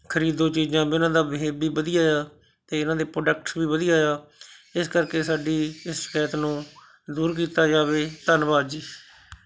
ਖਰੀਦੋ ਚੀਜ਼ਾਂ ਵੀ ਉਹਨਾਂ ਦਾ ਬੀਹੇਵ ਵੀ ਵਧੀਆ ਹੈ ਅਤੇ ਉਹਨਾਂ ਦੇ ਪ੍ਰੋਡਕਟਸ ਵੀ ਵਧੀਆ ਹੈ ਇਸ ਕਰਕੇ ਸਾਡੀ ਸ਼ਿਕਾਇਤ ਨੂੰ ਦੂਰ ਕੀਤਾ ਜਾਵੇ ਧੰਨਵਾਦ ਜੀ